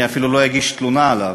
אני אפילו לא אגיש תלונה עליו,